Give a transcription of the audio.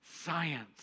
science